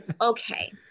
Okay